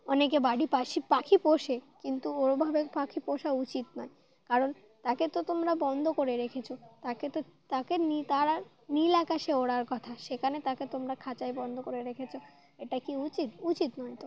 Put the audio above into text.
অনেকে বাড়ি পাশি পাখি পোষে কিন্তু ওরমভাবে পাখি পোষা উচিত নয় কারণ তাকে তো তোমরা বন্ধ করে রেখেছ তাকে তো তাকে ন তারা নীল আকাশে ওড়ার কথা সেখানে তাকে তোমরা খাঁচাই বন্ধ করে রেখেছ এটা কি উচিত উচিত নয় তো